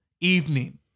evening